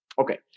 Okay